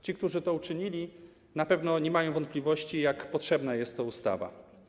Ci, którzy to uczynili, na pewno nie mają wątpliwości co do tego, jak potrzebna jest ta ustawa.